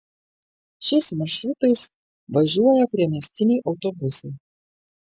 šiais maršrutais važiuoja priemiestiniai autobusai